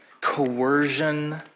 coercion